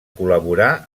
col·laborar